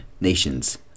nations